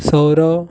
Sourav